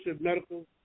medical